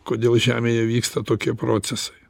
kodėl žemėje vyksta tokie procesai